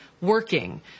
working